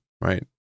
right